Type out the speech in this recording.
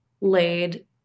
laid